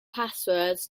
passwords